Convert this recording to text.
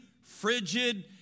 frigid